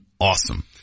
awesome